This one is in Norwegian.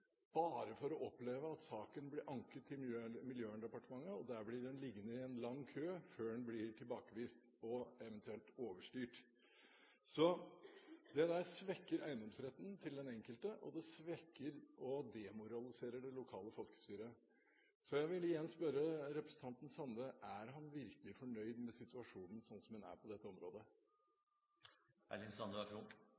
bare for å oppleve at saken blir anket til Miljøverndepartementet, og der blir den liggende i en lang kø før den blir tilbakevist og eventuelt overstyrt. Det svekker eiendomsretten til den enkelte, og det svekker og demoraliserer det lokale folkestyret. Så jeg vil igjen spørre representanten Sande: Er han virkelig fornøyd med situasjonen sånn som den er, på dette området?